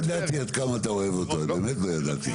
לא ידעתי עד כמה אתה אוהב אותו, באמת לא ידעתי.